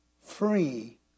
free